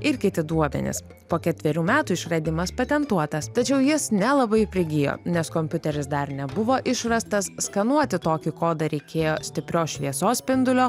ir kiti duomenys po ketverių metų išradimas patentuotas tačiau jis nelabai prigijo nes kompiuteris dar nebuvo išrastas skanuoti tokį kodą reikėjo stiprios šviesos spindulio